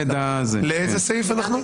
לאיזה סעיף אנחנו?